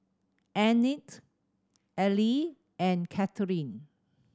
Annette Aleah and Catherine